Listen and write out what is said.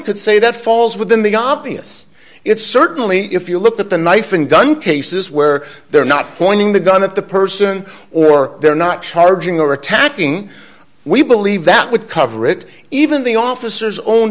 could say that falls within the obvious it's certainly if you look at the knife and gun cases where they're not pointing the gun at the person or they're not charging or attacking we believe that would cover it even the officers own